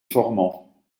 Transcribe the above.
formans